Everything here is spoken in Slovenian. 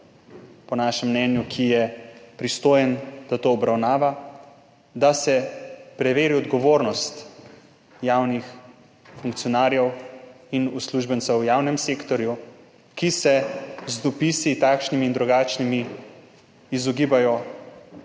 po našem mnenju tisti prostor, ki je pristojen, da to obravnava, da se preveri odgovornost javnih funkcionarjev in uslužbencev v javnem sektorju, ki se z dopisi, takšnimi in drugačnimi, izogibajo